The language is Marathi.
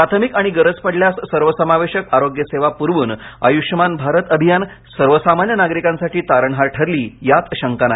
प्राथमिक आणि गरज पडल्यास सर्वसमावेशक आरोग्य सेवा पुरवून आयुष्यमान भारत अभियान सर्वसामान्य नागरिकांसाठी तारणहार ठरली यात शंका नाही